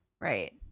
right